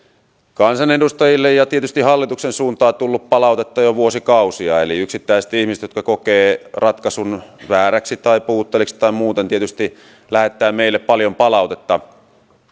kansanedustajille ja tietysti hallituksen suuntaan tullut palautetta jo vuosikausia eli yksittäiset ihmiset jotka kokevat ratkaisun vääräksi tai puutteelliseksi tai muuta tietysti lähettävät meille paljon palautetta